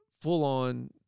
full-on